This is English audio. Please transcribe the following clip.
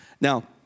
Now